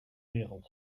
wereld